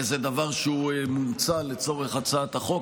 איזה דבר שמנוצל לצורך הצעת החוק,